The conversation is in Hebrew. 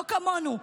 לא כמונו,